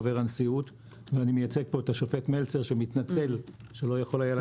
חבר הנשיאות ואני מייצג פה את השופט מלצר שמתנצל שלא יכול היה להגיע.